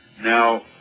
Now